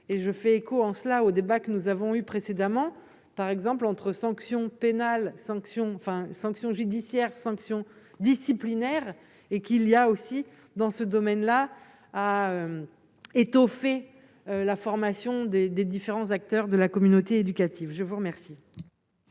et je fais écho en cela au débat que nous avons eues précédemment par exemple entre sanction pénale, sanction enfin sanctions judiciaire sanction disciplinaire et qu'il y a aussi dans ce domaine-là à étoffer la formation des des différents acteurs de la communauté éducative, je vous remercie.